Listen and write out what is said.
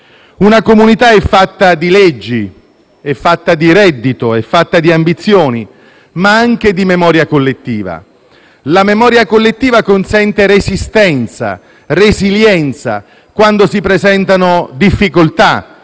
Una comunità è fatta di leggi, reddito e ambizioni, ma anche di memoria collettiva. La memoria collettiva consente resistenza e resilienza quando si presentano difficoltà,